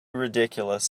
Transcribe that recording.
ridiculous